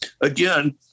again—